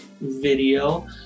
video